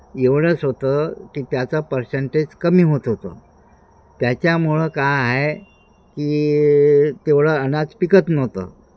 एवढंच होतं की त्याचं पर्सेंटेज कमी होत होतं त्याच्यामुळं काय आहे की तेवढं अनाज पिकत नव्हतं